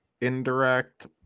Indirect